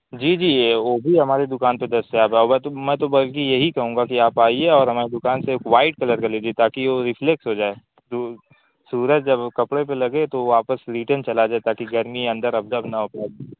جی جی یہ وہ بھی ہماری دکان پہ دستیاب ہوگا تو میں تو بلکہ یہی کہوں گا کہ آپ آئیے اور ہماری دکان سے ایک وائٹ کلر کا لیجیے تاکہ وہ ریفلیکس ہو جائے سو سورج جب کپڑے پہ لگے تو واپس ریٹرن چلا جائے تاکہ گرمی اندر ابزرب نہ ہو پائے